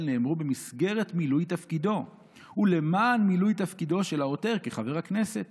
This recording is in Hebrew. נאמרו במסגרת מילוי תפקידו ולמען מילוי תפקידו של העותר כחבר הכנסת,